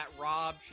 Rob